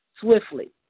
swiftly